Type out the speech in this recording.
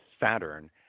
Saturn